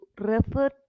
refer